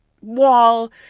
wall